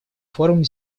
форум